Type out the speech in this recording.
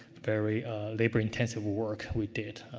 very labor intensive work we did.